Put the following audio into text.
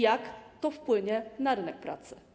Jak to wpłynie na rynek pracy?